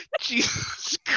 Jesus